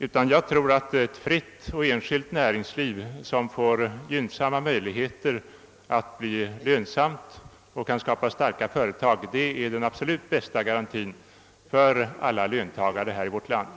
Jag tror i stället att ett fritt och enskilt näringsliv, som får gynnsamma möjligheter att bli lönsamt och skapa starka företag, är den absolut bästa trygghetsgarantin.